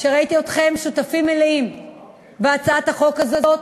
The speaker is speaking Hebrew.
שראיתי אתכם שותפים מלאים בהצעת החוק הזאת,